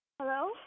Hello